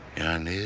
and